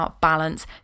balance